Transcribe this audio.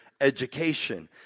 Education